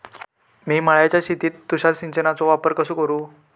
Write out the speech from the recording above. मिया माळ्याच्या शेतीत तुषार सिंचनचो वापर कसो करू?